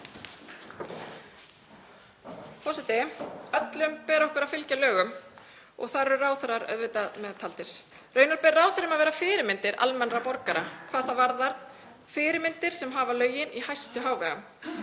Forseti. Öllum ber okkur að fylgja lögum og þar eru ráðherrar auðvitað meðtaldir. Raunar ber ráðherrum að vera fyrirmyndir almennra borgara hvað það varðar, fyrirmyndir sem hafa lögin í hæstu hávegum.